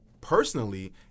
personally